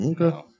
Okay